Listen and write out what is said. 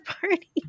party